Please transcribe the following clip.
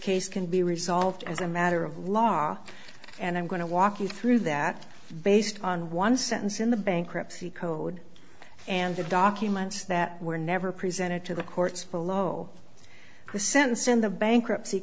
case can be resolved as a matter of law and i'm going to walk you through that based on one sentence in the bankruptcy code and the documents that were never presented to the courts follow the sentence in the bankruptcy